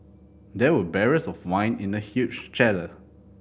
there were barrels of wine in the huge cellar